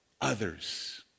others